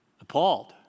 appalled